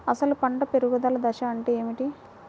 అసలు పంట పెరుగుదల దశ అంటే ఏమిటి?